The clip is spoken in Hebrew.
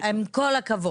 עם כל הכבוד.